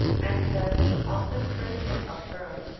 and has often heard him affirm,